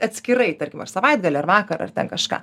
atskirai tarkim ar savaitgalį ar vakarą ar ten kažką